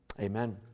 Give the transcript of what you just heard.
Amen